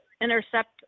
intercept